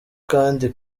kandi